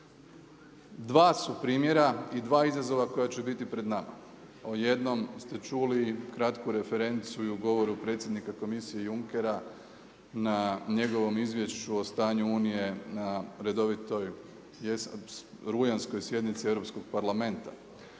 Dva su primjera i dva izazova koje će biti pred nama. O jednom ste čuli, kratku referencu i u govoru predsjednika komisije Junckera, na njegovom izvješću o stanju unije na redovitoj rujanskoj sjednici Europskog parlamenta